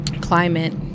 climate